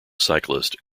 cyclist